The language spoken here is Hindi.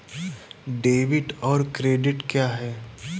डेबिट और क्रेडिट क्या है?